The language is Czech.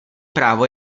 právo